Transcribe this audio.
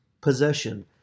possession